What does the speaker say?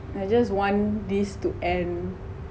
I just want this to end